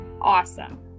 awesome